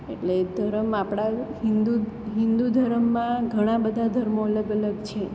એટલે ધરમ આપણા હિન્દુ હિન્દુ ધરમમાં ઘણા બધા ધર્મો અલગ અલગ છે